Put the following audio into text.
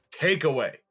Takeaway